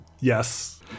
Yes